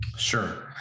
Sure